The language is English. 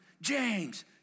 James